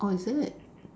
orh is it